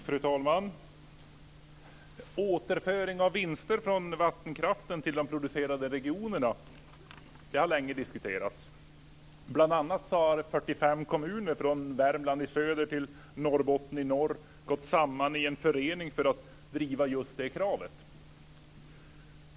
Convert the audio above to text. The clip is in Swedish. Fru talman! Frågan om återföring av vinster från vattenkraften till de producerande regionerna har diskuterats länge. Bl.a. har 45 kommuner från Värmland i söder till Norrbotten i norr gått samman i en förening för att driva just det kravet.